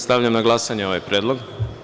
Stavljam na glasanje ovaj predlog.